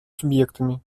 субъектами